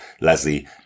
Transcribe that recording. Leslie